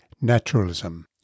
naturalism